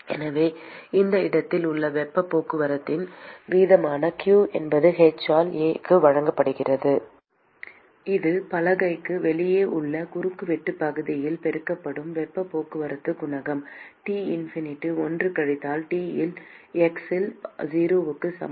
எனவே இந்த இடத்தில் உள்ள வெப்பப் போக்குவரத்தின் வீதமான q என்பது h ஆல் A க்கு வழங்கப்படுகிறது இது பலகைக்கு வெளியே உள்ள குறுக்குவெட்டுப் பகுதியால் பெருக்கப்படும் வெப்பப் போக்குவரத்துக் குணகம் T infinity 1 கழித்தல் T இல் x இல் 0 க்கு சமம்